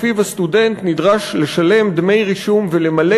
שבו הסטודנט נדרש לשלם דמי רישום ולמלא